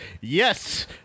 yes